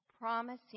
promising